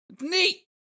neat